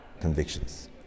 convictions